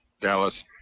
Dallas